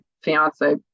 fiance